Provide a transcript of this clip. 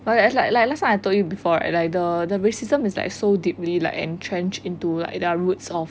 but it's like like last time I told you before right like the the racism is like so deeply like entrenched in to the roots of